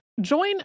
Join